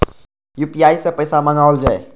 UPI सै पैसा मंगाउल जाय?